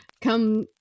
Come